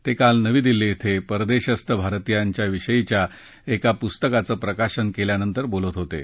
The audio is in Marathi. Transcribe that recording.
ते काल नवी दिल्ली क्वे परदेशस्थ भारतीयांविषयीच्या एका पुस्तकाचं प्रकाशन केल्यानंतर बोलत होतं